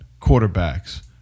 quarterbacks